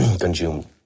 consumed